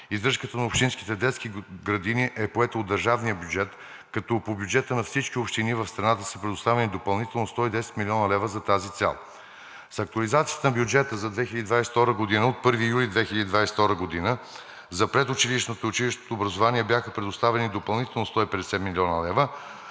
издръжката на общинските детски градини е поета от държавния бюджет, като по бюджета на всички общини в страната са предоставени допълнително 110 млн. лв. за тази цел. С актуализацията на бюджета за 2022 г. от 1 юли 2022 г. за предучилищното и училищното образование бяха предоставени допълнително 150 млн. лв.,